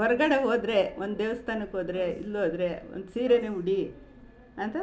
ಹೊರಗಡೆ ಹೋದ್ರೆ ಒಂದು ದೇವಸ್ಥಾನಕ್ಕೆ ಹೋದ್ರೆ ಇಲ್ಲಿ ಹೋದ್ರೆ ಒಂದು ಸೀರೆಯೇ ಉಡಿ ಅಂತ